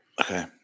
Okay